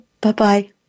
Bye-bye